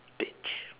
bitch